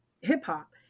hip-hop